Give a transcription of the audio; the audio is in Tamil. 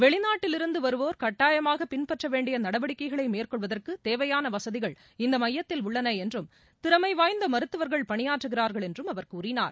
வெளிநாட்டிலிருந்து வருவோர் கட்டாயமாக பின்பற்ற வேண்டிய நடவடிக்கைகளை மேற்கொள்வதற்கு தேவையான வசதிக்ள இந்த மையத்தில் உள்ளன என்றும் திறமை வாய்ந்த மருத்துவர்களும் பணியாற்றுகிறார்கள் என்றும் அவர் கூறினார்